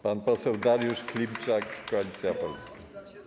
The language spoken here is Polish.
Pan poseł Dariusz Klimczak, Koalicja Polska.